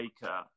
Baker